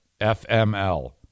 FML